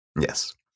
Yes